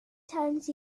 times